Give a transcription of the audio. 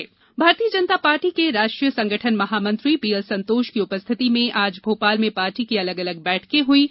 भाजपा बैठक भारतीय जनता पार्टी के राष्ट्रीय संगठन महामंत्री बीएल संतोष की उपस्थिति में आज भोपाल में पार्टी की अलग अलग बैठकें हुयीं